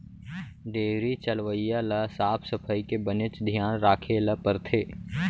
dairy चलवइया ल साफ सफई के बनेच धियान राखे ल परथे